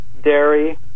dairy